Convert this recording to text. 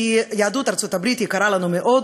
כי יהדות ארצות-הברית יקרה לנו מאוד,